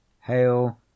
hail